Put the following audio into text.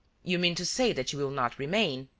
you mean to say that you will not remain?